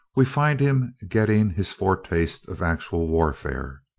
we find him getting his foretaste of actual warfare.